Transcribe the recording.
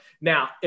Now